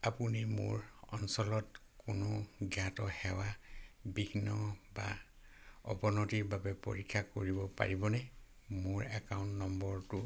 আপুনি মোৰ অঞ্চলত কোনো জ্ঞাত সেৱা বিঘ্ন বা অৱনতিৰ বাবে পৰীক্ষা কৰিব পাৰিবনে মোৰ একাউণ্ট নম্বৰটো